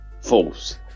False